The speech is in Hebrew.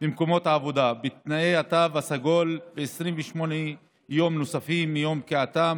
במקומות העבודה בתנאי התו הסגול ב-28 יום נוספים מיום פקיעתם,